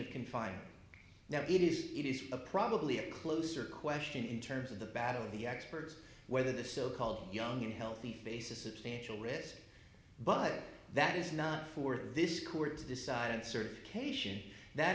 of confinement now it is it is a probably a closer question in terms of the battle of the experts whether the so called young healthy face a substantial risk but that is not for this court to decide certification that